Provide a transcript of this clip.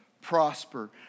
prosper